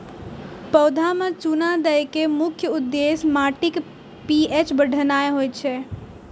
पौधा मे चूना दै के मुख्य उद्देश्य माटिक पी.एच बढ़ेनाय होइ छै